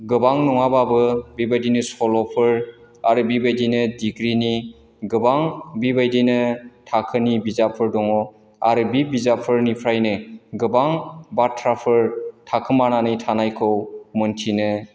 गोबां नङाब्लाबो बेबायदिनो सल'फोर आरो बेबायदिनो डिग्रिनि गोबां बिबायदिनो थाखोनि बिजाबफोर दङ आरो बे बिजाबफोरनिफ्रायनो गोबां बाथ्राफोर थाखोमानानै थानायखौ मोनथिनो